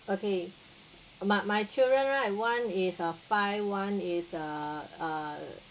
okay uh my my children right one is uh five one is err err